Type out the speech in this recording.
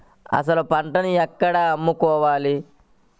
అసలు పంటను ఎక్కడ అమ్ముకోవాలి?